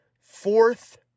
fourth